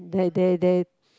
they they they